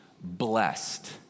blessed